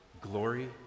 glory